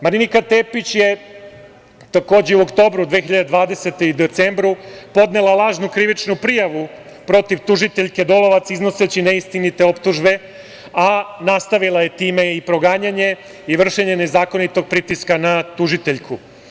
Marinika Tepić je u oktobru 2020. godine i decembru podnela lažnu krivičnu prijavu protiv tužiteljke Dolovac iznoseći neistinite optužbe, a nastavila je time i proganjanje i vršenje nezakonitog pritiska na tužiteljku.